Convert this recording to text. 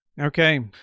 Okay